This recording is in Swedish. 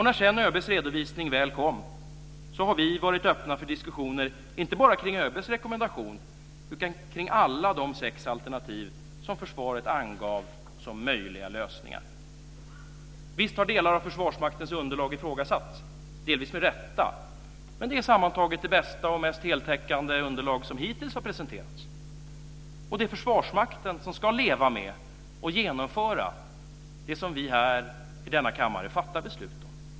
När sedan ÖB:s redovisning väl kom var vi öppna för diskussioner inte bara kring ÖB:s rekommendation utan kring alla de sex alternativ som försvaret angav som möjliga lösningar. Visst har delar av Försvarsmaktens underlag ifrågasatts delvis med rätta, men det är sammantaget det bästa och mest heltäckande underlag som hittills har presenterats. Det är Försvarsmakten som ska leva med och genomföra det som vi här i denna kammare fattar beslut om.